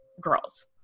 girls